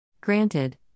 Granted